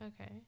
Okay